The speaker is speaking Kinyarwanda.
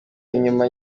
inyuma